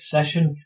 Session